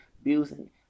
abusing